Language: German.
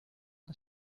ist